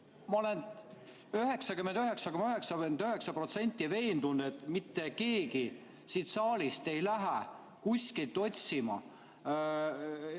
ma olen 99,99% veendunud, et mitte keegi siit saalist ei lähe kuskilt, ütleme,